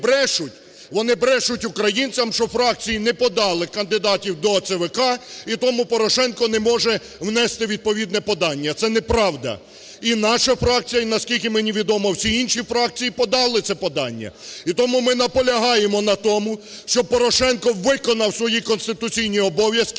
вони брешуть українцям, що фракції не подали кандидатів до ЦВК і тому Порошенко не може внести відповідне подання. Це неправда, і наша фракція, і, наскільки мені відомо, всі інші фракції подали це подання. І тому ми наполягаємо на тому, щоб Порошенко виконав свої конституційні обов'язки